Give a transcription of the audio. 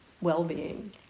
well-being